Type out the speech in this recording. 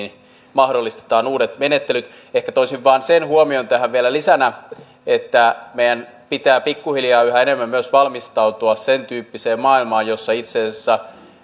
mahdollistetaan uudet menettelyt ehkä toisin tähän vielä lisänä vain sen huomion että meidän pitää myös pikkuhiljaa yhä enemmän valmistautua sentyyppiseen maailmaan jossa itse asiassa